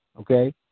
okay